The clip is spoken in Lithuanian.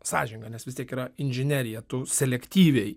sąžininga nes vis tiek yra inžineriją tu selektyviai